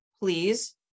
please